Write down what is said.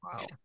Wow